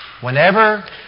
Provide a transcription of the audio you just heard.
Whenever